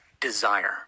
Desire